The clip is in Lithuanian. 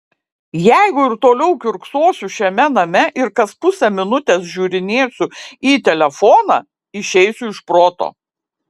jeigu ir toliau kiurksosiu šiame name ir kas pusę minutės žiūrinėsiu į telefoną išeisiu iš proto